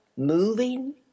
Moving